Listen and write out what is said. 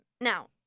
Now